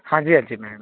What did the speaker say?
ਹਾਂਜੀ ਹਾਂਜੀ ਮੈਮ